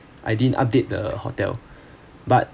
I didn't update the hotel but